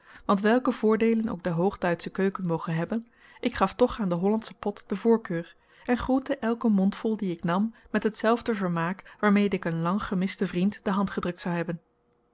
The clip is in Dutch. want welke voordeelen ook de hoogduitsche keuken moge hebben ik gaf toch aan den hollandschen pot de voorkeur en groette elken mondvol dien ik nam met hetzelfde vermaak waarmede ik een lang gemisten vriend de hand zou gedrukt hebben